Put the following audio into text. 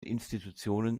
institutionen